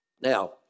Now